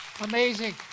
Amazing